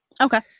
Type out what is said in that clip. Okay